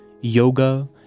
yoga